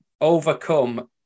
overcome